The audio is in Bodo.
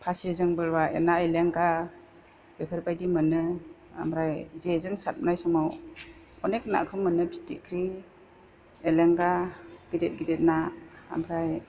फास्रिजोंफोरबा ना एलेंगा बेफोरबायदि मोनो ओमफ्राय जेजों सारनाय समाव अनेक नाखौ मोनो फिथिग्रि एलेंगा गिदिर गिदिर ना ओमफ्राय